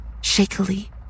shakily